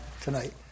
tonight